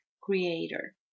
creator